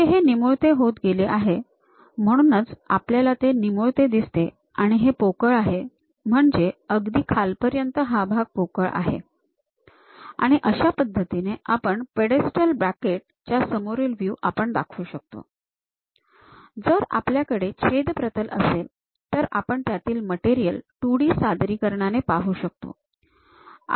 इथे हे निमुळते होत गेले आहे म्हणूनच आपल्याला ते निमुळते दिसते आणि आणि हे पोकळ आहे म्हणजे अगदी खालपर्यंत हा भाग पोकळ आहे आणि अशा पद्धतीने आपण या पेडेस्टल ब्रॅकेट चा समोरील व्ह्यू आपण दाखवू शकतो जर आपल्याकडे छेद प्रतल असेल तर आपण त्यातील मटेरियल २ डी सादरीकरणाद्वारे पाहू शकतो